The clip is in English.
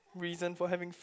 reason for having fat